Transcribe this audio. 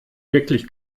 wirklich